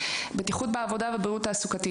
בטיחות בעבודה ובריאות תעסוקתית.